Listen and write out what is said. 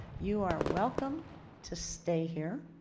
you are welcome to stay here.